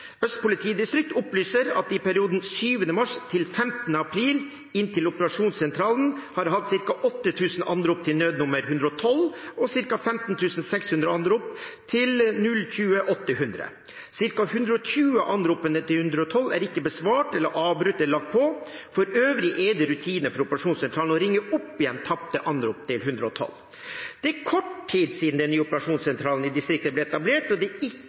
Øst politidistrikt opplyser at de i perioden 7. mars til 15. april inn til operasjonssentralen har hatt ca. 8 000 anrop til nødnummer 112 og ca. 15 600 anrop til 02800. Ca. 120 av anropene til 112 er ikke besvart, er blitt avbrutt eller er blitt lagt på. For øvrig er det rutine for operasjonssentralen å ringe opp igjen tapte anrop til 112. Det er kort tid siden den nye operasjonssentralen i distriktet ble etablert, og det er ikke